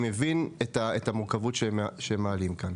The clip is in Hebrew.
אני מבין את המורכבות שהם מעלים כאן.